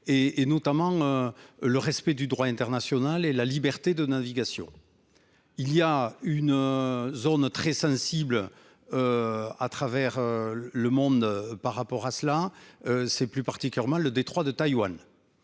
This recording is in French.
et notamment. Le respect du droit international et la liberté de navigation. Il y a une zone très sensible. À travers. Le monde par rapport à cela. C'est plus particulièrement le Detroit de Taïwan.